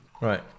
Right